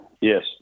Yes